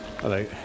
Hello